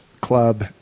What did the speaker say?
club